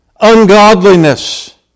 ungodliness